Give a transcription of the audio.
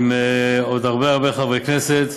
עם עוד הרבה הרבה חברי כנסת,